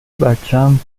بچم